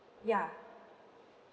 ya